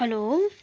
hello